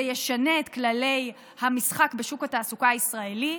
זה ישנה את כללי המשחק בשוק התעסוקה הישראלי,